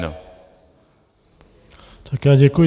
Já děkuji.